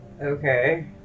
Okay